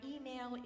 email